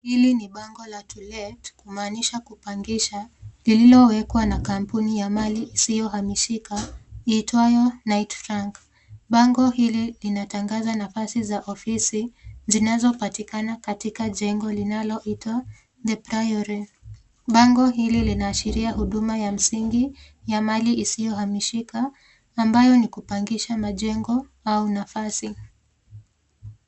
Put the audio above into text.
Hili ni bango la To Let kumaanisha kupangisha lililowekwa na kampuni ya mali isiyohamishika iitwayo Knight Frank . Bango hili linatangaza nafasi za ofisi zinazopatikana katika jengo linaloitwa The PRIORE . Bango hili linaashiria huduma ya msingi ya mali isiyohamishika ambayo ni kupangisha majengo au nafasi.